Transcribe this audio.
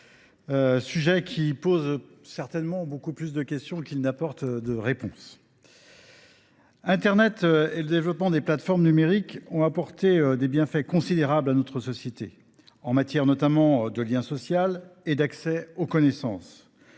sujet qui pose certainement beaucoup plus de questions qu’il n’apporte de réponses. Le réseau internet et le développement des plateformes numériques ont eu des bienfaits considérables sur notre société, notamment en renforçant le lien social et l’accès aux connaissances.